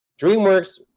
DreamWorks